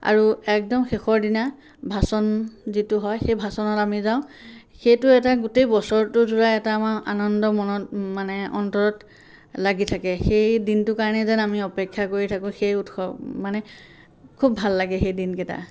আৰু একদম শেষৰ দিনা ভাচন যিটো হয় সেই ভাচনত আমি যাওঁ সেইটো এটা গোটেই বছৰটো জোৰা আমাৰ আনন্দ মনত মানে অন্তৰত লাগি থাকে সেই দিনটো কাৰণে যেন আমি অপেক্ষা কৰি থাকোঁ সেই উৎসৱ মানে খুব ভাল লাগে সেই দিনকেইটা